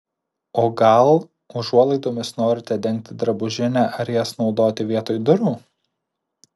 o gal užuolaidomis norite dengti drabužinę ar jas naudoti vietoj durų